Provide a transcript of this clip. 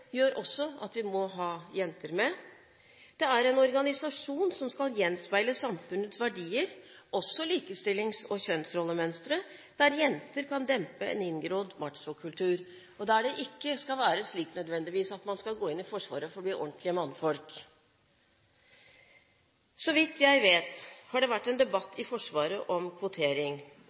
gjør at vi også må ha jenter med en organisasjon som skal gjenspeile samfunnets verdier, også likestillings- og kjønnsrollemønsteret, der jenter kan dempe en inngrodd machokultur – der det ikke nødvendigvis skal være slik at man skal gå inn i Forsvaret for å bli «ordentlige mannfolk» Så vidt jeg vet, har det vært en debatt i Forsvaret om kvotering.